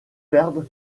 perdent